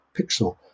pixel